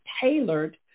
tailored